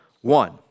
one